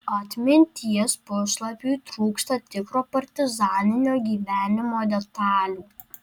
atminties puslapiui trūksta tikro partizaninio gyvenimo detalių